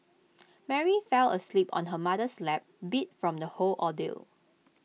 Mary fell asleep on her mother's lap beat from the whole ordeal